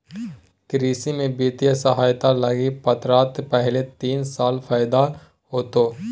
कृषि में वित्तीय सहायता लगी पात्रता पहले तीन साल फ़ायदा होतो